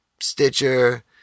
Stitcher